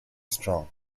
strong